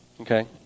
Okay